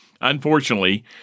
Unfortunately